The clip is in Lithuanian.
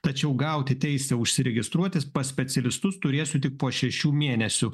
tačiau gauti teisę užsiregistruoti pas specialistus turėsiu tik po šešių mėnesių